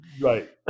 right